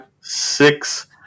six